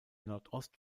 nordost